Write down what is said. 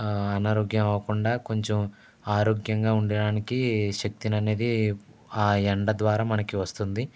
అనారోగ్యం అవ్వకుండా కొంచెం ఆరోగ్యంగా ఉండడానికి శక్తిని అనేది ఆ ఎండ ద్వారా మనకు వస్తుంది